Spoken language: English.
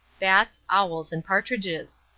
bats, owls and partridges.